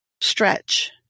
stretch